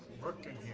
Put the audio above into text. working